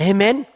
Amen